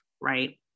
right